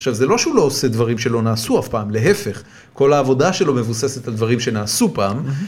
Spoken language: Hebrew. עכשיו, זה לא שהוא לא עושה דברים שלא נעשו אף פעם, להיפך: כל העבודה שלו מבוססת על דברים שנעשו פעם.